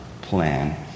plan